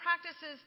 practices